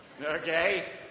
Okay